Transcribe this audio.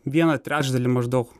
vieną trečdalį maždaug